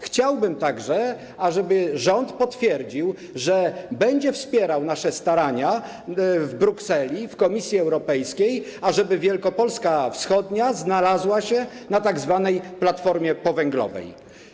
Chciałbym także, ażeby rząd potwierdził, że będzie wspierał nasze starania w Brukseli, w Komisji Europejskiej, aby wschodnia Wielkopolska znalazła się na tzw. platformie powęglowej.